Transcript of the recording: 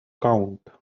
count